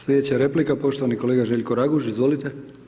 Slijedeća replika poštovani kolega Željko Raguž, izvolite.